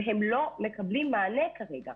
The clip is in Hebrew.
והם לא מקבלים מענה כרגע.